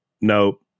nope